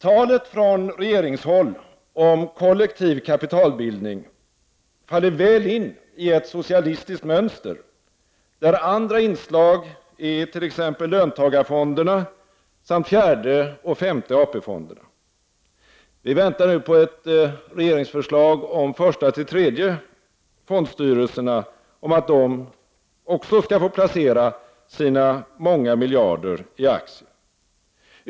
Talet från regeringshåll om kollektiv kapitalbildning faller väl in i ett socialistiskt mönster, där andra inslag är t.ex. löntagarfonderna samt 4:e och 5:e AP-fonderna. Vi väntar nu på ett regeringsförslag om att även 1:a—3:e fondstyrelserna skall få placera sina många miljarder i aktier.